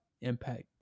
impact